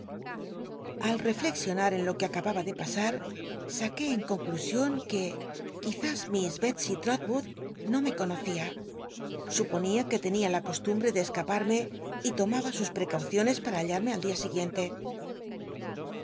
fuca alrcflcxionar en lo que acababa de pasar saqué en conclusion que quizlis miss detsey trotwood no me conocia suponía que tenia la costumbre de escaparme y lomaba sus precauciones para hallarme al dia siguiente